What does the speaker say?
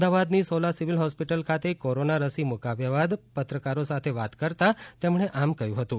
અમદાવાદની Sola civil hospital ખાતે corona રસી મુકાવ્યા બાદ પત્રકારો સાથે વાત કરતાં તેમણે આમ કહ્યું હતું